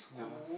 yeah